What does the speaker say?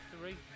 three